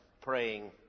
praying